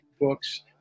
books